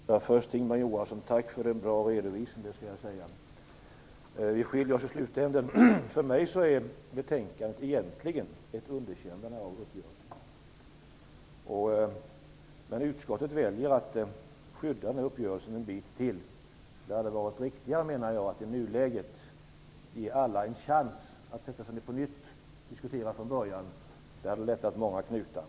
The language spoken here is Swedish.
Herr talman! Tack, Ingemar Josefsson, för en bra redovisning. Vi skiljer oss dock i slutändan. Som jag ser det är betänkandet egentligen ett underkännande av uppgörelsen. Men utskottet väljer att skydda uppgörelsen. Det hade varit riktigare i nuläget att ge alla en chans att sätta sig på nytt och diskutera frågan från början. Det hade underlättat att lösa många knutar.